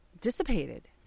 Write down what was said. dissipated